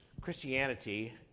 Christianity